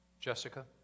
Jessica